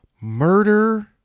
murder